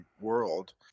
world